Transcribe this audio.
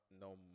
no